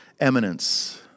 eminence